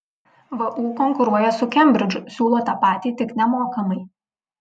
vu konkuruoja su kembridžu siūlo tą patį tik nemokamai